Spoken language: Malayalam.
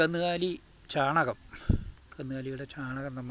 കന്നുകാലി ചാണകം കന്നുകാലിയുടെ ചാണകം നമുക്ക്